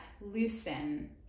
loosen